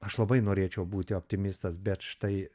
aš labai norėčiau būti optimistas bet štai